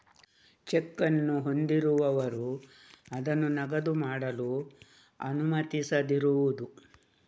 check ಅನ್ನು ಹೊಂದಿರುವವರು ಅದನ್ನು ನಗದು ಮಾಡಲು ಅನುಮತಿಸದಿರುವುದು